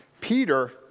Peter